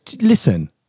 Listen